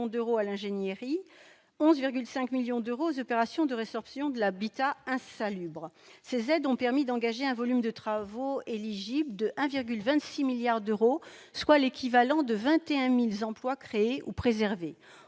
d'euros à l'ingénierie ; 11,5 millions d'euros aux opérations de résorption de l'habitat insalubre. Ces aides ont permis d'engager un volume de travaux éligibles de 1,26 milliard d'euros, soit l'équivalent de 21 000 emplois créés ou préservés.